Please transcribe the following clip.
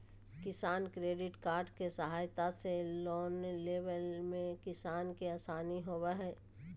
किसान credit card के सहायता से लोन लेवय मे किसान के आसानी होबय हय